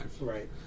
right